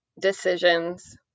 decisions